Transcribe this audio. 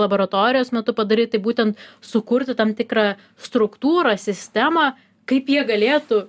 laboratorijos metu padaryt tai būten sukurti tam tikrą struktūrą sistemą kaip jie galėtų